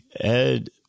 Ed